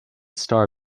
star